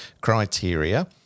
criteria